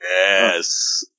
Yes